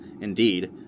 indeed